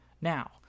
Now